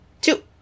Two